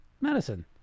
medicine